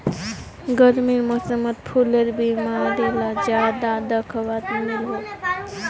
गर्मीर मौसमोत फुलेर बीमारी ला ज्यादा दखवात मिलोह